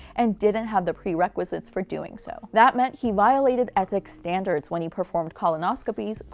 and didn't have the prerequisites for doing so. that meant he violated ethic standards when he performed colonoscopies,